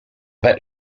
bet